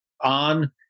on